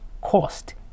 cost